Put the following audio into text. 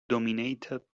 dominated